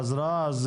חזרה,